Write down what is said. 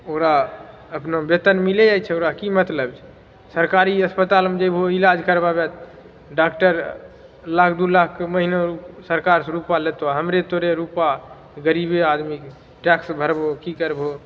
ओकरा अपना बेतन मिलैत जाइत छै ओकरा की मतलब छै सरकारी अस्पतालमे जेबहो इलाज करबाबै डॉक्टर लाख दू लाखके महिना सरकार से रूपआ लेतहुँ हमरे तोरे रूपआ गरीबे आदमी टैक्स भरबहो की करबहो